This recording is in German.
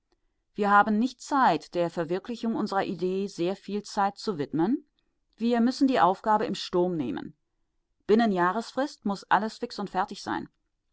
wir haben nicht zeit der verwirklichung unserer idee sehr viel zeit zu widmen wir müssen die aufgabe im sturm nehmen binnen jahresfrist muß alles fix und fertig sein